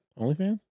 OnlyFans